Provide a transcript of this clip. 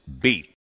Beat